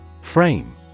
frame